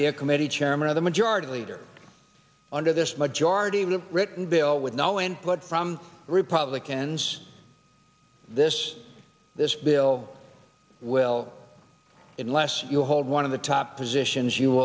be a committee chairman of the majority leader under this majority rule written bill with no input from republicans this this bill will unless you hold one of the top positions you